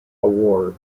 award